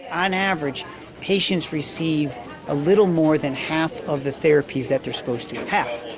on average patients receive a little more than half of the therapies that they are supposed to. half,